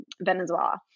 Venezuela